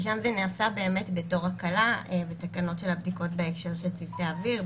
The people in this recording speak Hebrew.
שם זה נעשה באמת בתור הקלה בתקנות של הבדיקות בהקשר של צוותי אוויר,